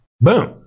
Boom